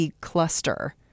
cluster